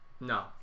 no